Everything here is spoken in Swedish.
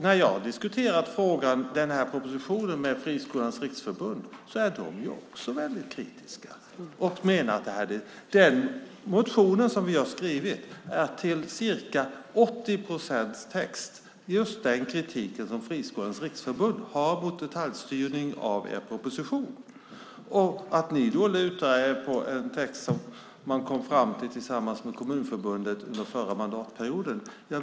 När jag har diskuterat propositionen med Friskolornas Riksförbund har de också varit kritiska. De menar att texten i den motion vi har väckt är till ca 80 procent den kritik som Friskolornas Riksförbund har mot den detaljstyrning som finns med i er proposition. Ni lutar er mot en text som man kom fram till tillsammans med Kommunförbundet under förra mandatperioden.